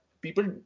people